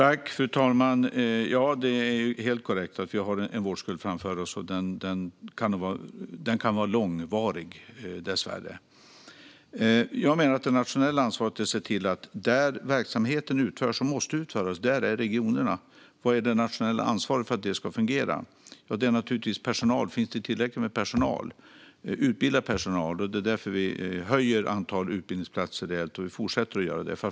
Fru talman! Det är helt korrekt att vi har en vårdskuld framför oss. Och den kan dessvärre bli långvarig. Verksamheten utförs och måste utföras i och av regionerna. Det nationella ansvaret för att det ska fungera gäller personalen. Finns det tillräckligt med personal och utbildad personal? Därför ökar vi antalet utbildningsplatser rejält, och vi fortsätter att göra det.